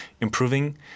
improving